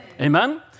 Amen